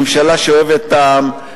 ממשלה שאוהבת את העם,